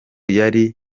yari